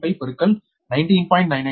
995 பெருக்கல் 19